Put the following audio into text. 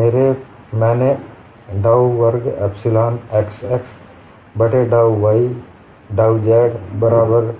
मैंने डाउ वर्ग एप्सिलॉन xx बट्टे डाउ y डाउ z बराबर